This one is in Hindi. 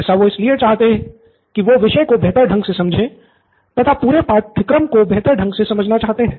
ऐसा वो इसलिए चाहते ही कि वो विषय को बेहतर ढंग से समझें तथा पूरे पाठ्यक्रम को बेहतर ढंग से समझना चाहते हैं